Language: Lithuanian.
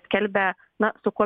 skelbia na su kuo